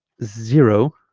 zero